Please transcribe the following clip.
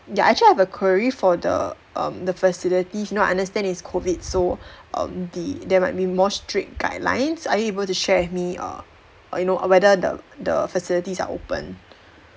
ya actually I have a query for the um the facilities now I understand it's COVID so um the there might be more strict guidelines are you able to share with me err you know whether the the facilities are open